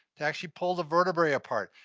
to actually pull the vertebrae apart.